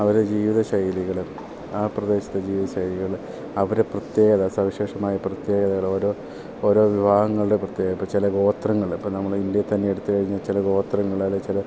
അവരെ ജീവിത ശൈലികൾ ആ പ്രദേശത്തെ ജീവിത ശൈലികൾ അവരെ പ്രത്യേകത സവിശേഷമായ പ്രത്യേകതകൾ ഓരോ ഓരോ വിവാഹങ്ങളുടെ പ്രത്യേക ഇപ്പം ചില ഗോത്രങ്ങൾ ഇപ്പം നമ്മൾ ഇന്ത്യേ തന്നെ എടുത്ത് കഴിഞ്ഞാൽ ചില ഗോത്രങ്ങൾ അല്ലേ ചില